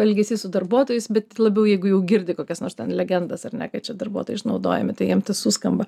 elgesys su darbuotojais bet labiau jeigu jau girdi kokias nors ten legendas ar ne kad čia darbuotojai išnaudojami tai jiem tai suskamba